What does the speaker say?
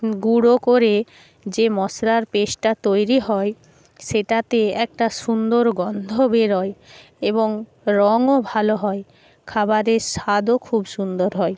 গুঁড়ো করে যে মশলার পেস্টটা তৈরি হয় সেটাতে একটা সুন্দর গন্ধ বেরোয় এবং রঙও ভালো হয় খাবারের স্বাদও খুব সুন্দর হয়